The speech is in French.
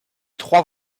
trois